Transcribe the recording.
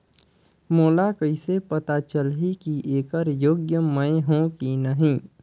मोला कइसे पता चलही की येकर योग्य मैं हों की नहीं?